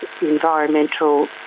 environmental